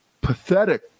Pathetic